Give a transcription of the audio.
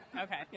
Okay